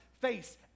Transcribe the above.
face